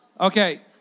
Okay